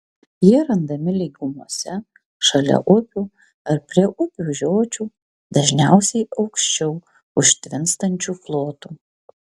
jie randami lygumose šalia upių ar prie upių žiočių dažniausiai aukščiau užtvinstančių plotų